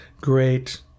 great